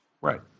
right